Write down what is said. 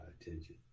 attention